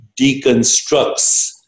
deconstructs